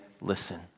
listen